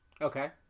Okay